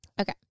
Okay